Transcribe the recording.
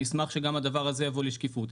אני אשמח שגם הדבר הזה יבוא לידי שקיפות.